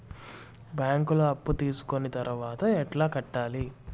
బ్యాంకులో అప్పు తీసుకొని తర్వాత ఎట్లా కట్టాలి?